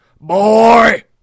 boy